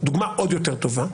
דוגמה עוד יותר טובה,